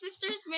sister's